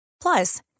Plus